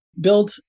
build